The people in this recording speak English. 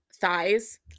thighs